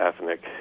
ethnic